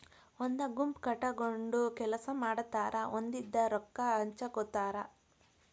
ಒಂದ ಗುಂಪ ಕಟಗೊಂಡ ಕೆಲಸಾ ಮಾಡತಾರ ಬಂದಿದ ರೊಕ್ಕಾ ಹಂಚಗೊತಾರ